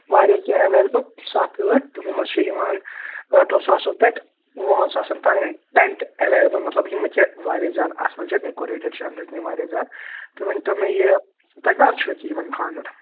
واریاہ کیٚنہہ اٮ۪ویلیبٕل سَتھ ٲٹھ تِمو منٛز چھِ یِوان ٲٹھو ساسو پٮ۪ٹھ وُہَن ساسَن تام ٹٮ۪نٛٹ اٮ۪ویلیبٕل مطلب یِمہٕ چھِ واریاہ زیادٕ اصٕل چھِ ڈٮ۪کوریٹِڈ چھِ أندٕرۍ کِنۍ واریاہ زیادٕ تُہۍ ؤنۍتو مےٚ یہِ تۄہہِ کر چھُو أکیٛاہ یِمَن خانٛدَر